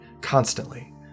constantly